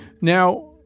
Now